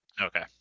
okay